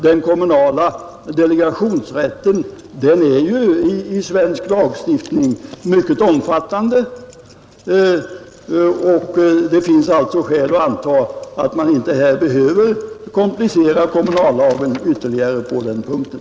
Den kommunala delegationsrätten är i svensk lagstiftning mycket omfattande. Det finns alltså skäl att anta att kommunallagen inte behöver kompliceras ytterligare på den punkten.